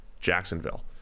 Jacksonville